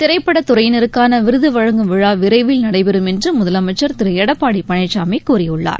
திரைப்படத் துறையினருக்கான விருது வழங்கும் விழா விரைவில் நடைபெறும் என்று முதலமைச்சர் திரு எடப்பாடி பழனிசாமி கூறியுள்ளார்